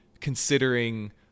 considering